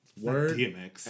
Word